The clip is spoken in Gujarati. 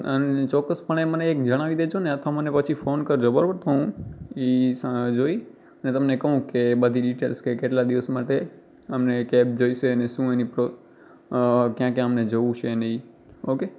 અ ચોક્કસપણે મને એક જણાવી દેજો ને અથવા મને પછી ફોન કરજો બરોબર તો હું એ સા જોઇ અને તમને કહું કે બધી ડીટેલ્સ કે કેટલા દિવસ માટે અમને કૅબ જોઈશે અને શું એની પ્રો ક્યાં ક્યાં અમને જવું છે અને એ ઓકે